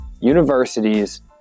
Universities